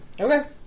Okay